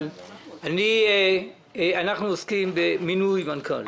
אבל אנחנו עוסקים במינוי מנכ"ל.